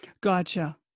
Gotcha